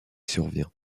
survient